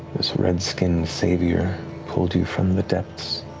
this red-skinned savior pulled you from the depths